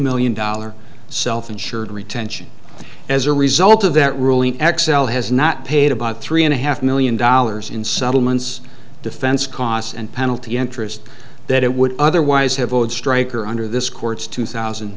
million dollars self insured retention as a result of that ruling xcel has not paid about three and a half million dollars in settlements defense costs and penalty interest that it would otherwise have owed stryker under this court's two thousand